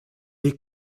est